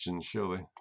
surely